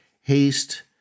haste